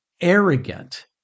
arrogant